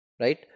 Right